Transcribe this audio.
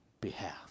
behalf